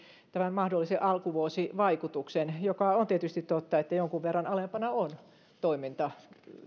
tämän mahdollisen alkuvuosivaikutuksen on tietysti totta että jonkun verran alempana on toiminta